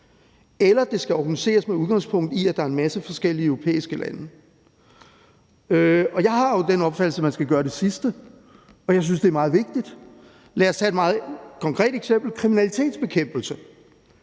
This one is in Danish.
eller om det skal organiseres med udgangspunkt i, at der er en masse forskellige europæiske lande. Jeg har jo den opfattelse, at man skal gøre det sidste, og jeg synes, det er meget vigtigt. Lad os tage et meget konkret eksempel, nemlig kriminalitetsbekæmpelse.